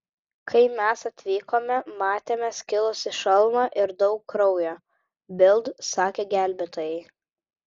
kai mes atvykome matėme skilusį šalmą ir daug kraujo bild sakė gelbėtojai